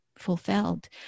fulfilled